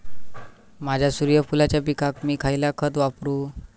माझ्या सूर्यफुलाच्या पिकाक मी खयला खत वापरू?